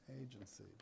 agency